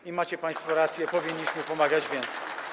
I macie państwo rację: powinniśmy pomagać więcej.